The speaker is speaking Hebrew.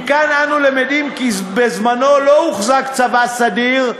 מכאן אנו למדים כי בזמנו לא הוחזק צבא סדיר,